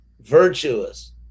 virtuous